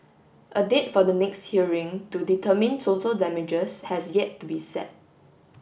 a date for the next hearing to determine total damages has yet to be set